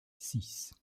six